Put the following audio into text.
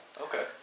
Okay